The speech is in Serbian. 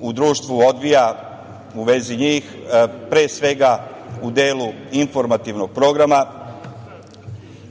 u društvu odvija u vezi njih, pre svega, u delu informativnog programa,